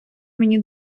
мені